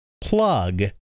plug